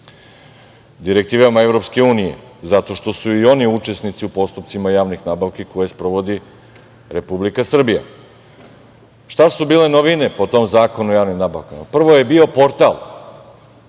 direktivama EU, zato što su i oni učesnici u postupcima javnih nabavki koje sprovodi Republika Srbija. Šta su bile novine po tom Zakonu o javnim nabavkama? Prvo je bio Portal